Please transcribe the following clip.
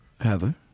Heather